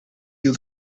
you